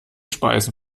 speisen